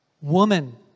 Woman